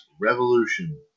Revolution